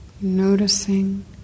Noticing